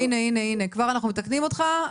כבר אנחנו מתקנים אותך.